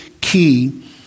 key